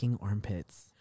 armpits